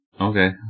Okay